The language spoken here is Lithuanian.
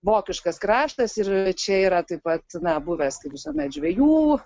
vokiškas kraštas ir čia yra taip pat buvęs kaip visuomet žvejų